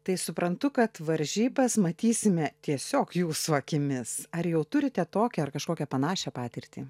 tai suprantu kad varžybas matysime tiesiog jūsų akimis ar jau turite tokią ar kažkokią panašią patirtį